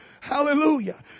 Hallelujah